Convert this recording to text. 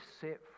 set